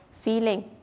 feeling